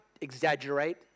exaggerate